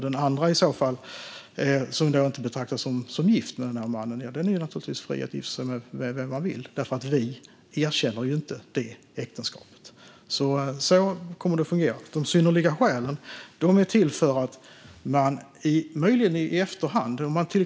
Den andra, som då inte betraktas som gift med mannen i fråga, är naturligtvis fri att gifta sig med vem hon vill, för vi erkänner ju inte det äktenskapet. Så kommer det att fungera. De synnerliga skälen är till för att man, möjligen i efterhand, till exempel ska kunna göra anspråk.